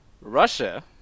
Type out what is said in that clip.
Russia